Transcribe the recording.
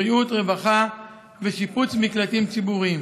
בריאות, רווחה ושיפוץ מקלטים ציבוריים.